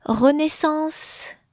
renaissance